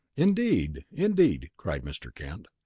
indeed! indeed! cried mr. kent.